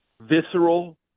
visceral